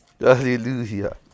Hallelujah